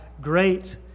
great